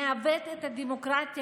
יעוות את הדמוקרטיה,